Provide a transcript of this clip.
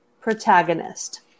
Protagonist